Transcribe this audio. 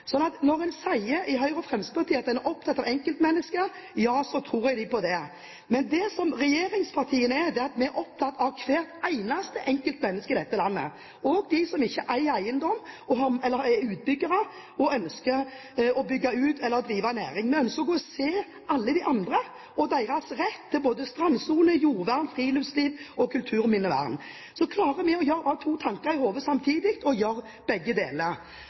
at en er opptatt av enkeltmennesker, tror jeg dem på det. Men regjeringspartiene er opptatt av hvert eneste enkeltmenneske i dette landet, også dem som ikke eier eiendom, eller som er utbyggere og ønsker å bygge ut eller å drive næring. Vi ønsker å se alle de andre og deres rett til både strandsone, jordvern, friluftsliv og kulturminnevern. Vi klarer å ha to tanker i hodet samtidig og gjør begge deler.